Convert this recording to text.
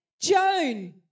Joan